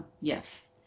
yes